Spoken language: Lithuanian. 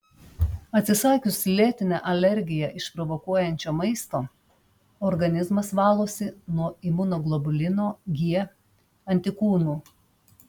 atsisakius lėtinę alergiją išprovokuojančio maisto organizmas valosi nuo imunoglobulino g antikūnų